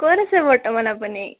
ক'ত আছে বৰ্তমান আপুনি